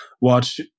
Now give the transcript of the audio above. watch –